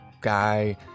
guy